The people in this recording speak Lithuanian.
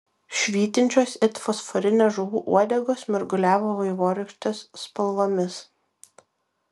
švytinčios it fosforinės žuvų uodegos mirguliavo vaivorykštės spalvomis